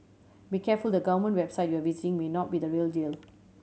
be careful the government website you are visiting may not be the real deal